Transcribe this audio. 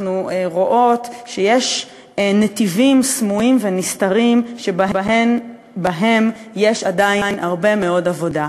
אנחנו רואות שיש נתיבים סמויים ונסתרים שבהם יש עדיין הרבה מאוד עבודה.